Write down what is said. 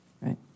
right